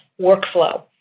workflow